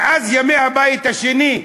מאז ימי הבית השני,